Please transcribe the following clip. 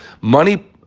money